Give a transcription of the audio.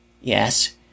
Yes